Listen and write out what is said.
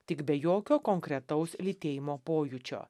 tik be jokio konkretaus lytėjimo pojūčio